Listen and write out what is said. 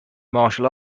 martial